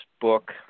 book